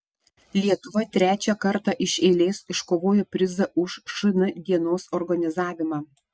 lietuva trečią kartą iš eilės iškovojo prizą už šn dienos organizavimą